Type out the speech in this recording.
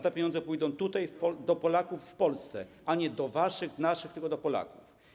Te pieniądze pójdą tutaj, do Polaków w Polsce - nie do waszych, naszych, tylko do Polaków.